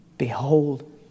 Behold